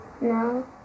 No